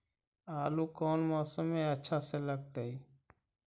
आलू कौन मौसम में अच्छा से लगतैई?